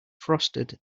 frosted